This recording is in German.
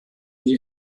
die